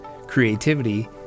creativity